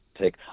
take